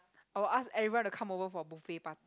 I'll ask everyone to come over for buffet part~